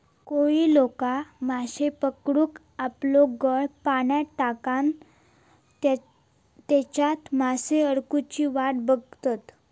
कोळी लोका माश्ये पकडूक आपलो गळ पाण्यात टाकान तेच्यात मासो अडकुची वाट बघतत